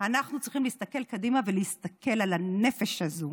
הוא שאנחנו צריכים להסתכל קדימה ולהסתכל על הנפש הזאת,